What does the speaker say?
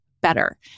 better